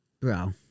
bro –